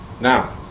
Now